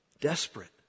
Desperate